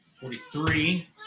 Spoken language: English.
forty-three